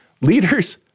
Leaders